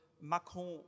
Macron